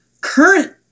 current